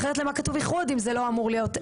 אחרת למה כתוב "איחוד" אם זה לא אמור להיות?